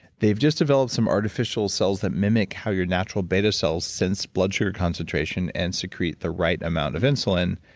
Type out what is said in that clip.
they've just developed some artificial cells that mimic how your natural beta cells sense blood sugar concentration and secrete the right amount of insulin.